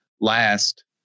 last